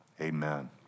Amen